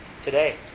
today